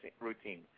routine